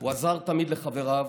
הוא תמיד עזר לחבריו